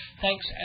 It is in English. Thanks